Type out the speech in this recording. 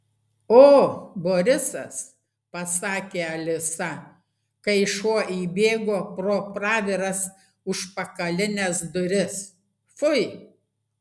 o borisas pasakė alisa kai šuo įbėgo pro praviras užpakalines duris fui